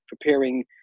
preparing